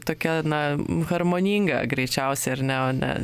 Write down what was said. tokia na harmoninga greičiausiai ar ne o ne